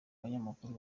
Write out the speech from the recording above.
banyamakuru